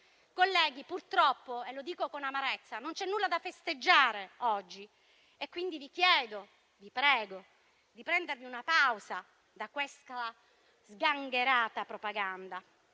Colleghi, purtroppo - e lo dico con amarezza - non c'è nulla da festeggiare oggi e, quindi, vi chiedo e vi prego di prendervi una pausa da questa sgangherata propaganda.